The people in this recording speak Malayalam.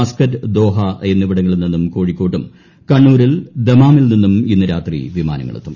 മസ്ക്കറ്റ് ദോഹ എന്നിവിടങ്ങളിൽ നിന്നും കോഴിക്കോട്ടും കണ്ണൂരിൽ ദമാമിൽ നിന്നും ഇന്ന് രാത്രി വിമാനങ്ങൾ എത്തും